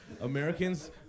Americans